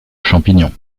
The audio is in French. champignon